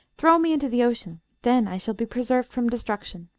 throw me into the ocean then i shall be preserved from destruction